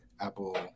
Apple